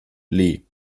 lee